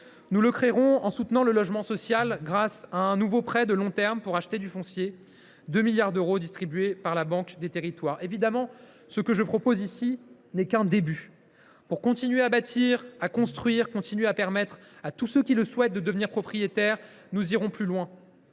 Nous le créerons en soutenant le logement social, grâce à un nouveau prêt de long terme pour acheter du foncier : 2 milliards d’euros seront ainsi distribués par la Banque des territoires. Évidemment, ce que je propose ici n’est qu’un début. Pour continuer à bâtir et à construire, pour continuer à permettre à tous ceux qui le souhaitent de devenir propriétaires, nous irons plus loin